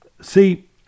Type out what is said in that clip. see